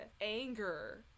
anger